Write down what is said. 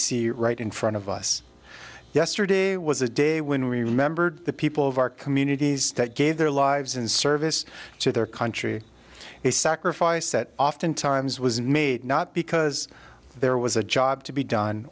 see right in front of us yesterday was a day when we remembered the people of our communities that gave their lives in service to their country is sacrifice that often times was made not because there was a job to be done